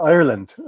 Ireland